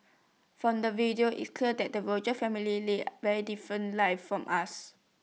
from the video it's clear that the Rogers family leads very different lives from us